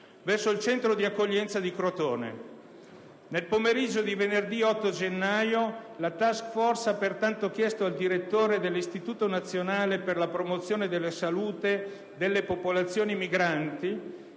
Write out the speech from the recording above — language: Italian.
presso il centro di accoglienza di Crotone. Nel pomeriggio di venerdì 8 gennaio la *task force* ha, pertanto, chiesto al direttore dell'Istituto nazionale per la promozione della salute delle popolazioni migranti